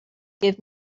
give